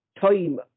time